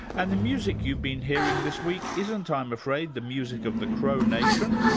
and the music you've been hearing this week isn't, i'm afraid, the music of the crow nation,